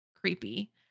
creepy